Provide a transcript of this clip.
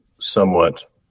somewhat